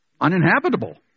uninhabitable